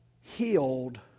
healed